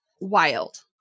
Wild